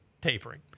tapering